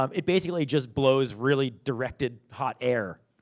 um it basically just blows really directed hot air,